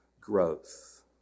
growth